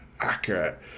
accurate